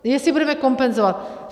Jestli budeme kompenzovat.